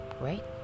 right